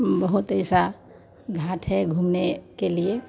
बहुत ऐसे घाट हैं घूमने के लिए